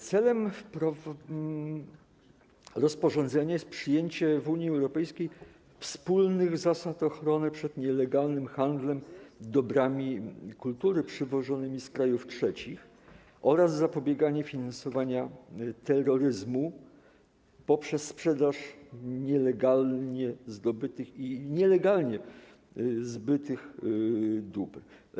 Celem rozporządzenia jest przyjęcie w Unii Europejskiej wspólnych zasad ochrony przed nielegalnym handlem dobrami kultury przywożonymi z krajów trzecich oraz zapobieganie finansowaniu terroryzmu poprzez sprzedaż nielegalnie zdobytych i nielegalnie zbytych dóbr.